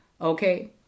Okay